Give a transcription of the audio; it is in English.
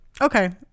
Okay